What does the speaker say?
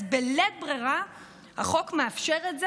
אז בלית ברירה החוק מאפשר את זה,